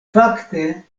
fakte